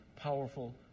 powerful